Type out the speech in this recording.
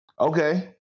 okay